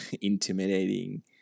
intimidating